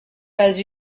pas